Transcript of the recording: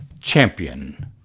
champion